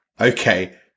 okay